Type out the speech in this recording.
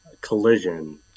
collision